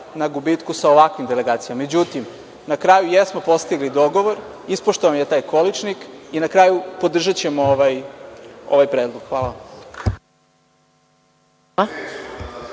na gubitku sa ovakvim delegacijama.Međutim, na kraju jesmo postigli dogovor. Ispoštovan je taj količnik. Na kraju, podržaćemo ovaj predlog. Hvala.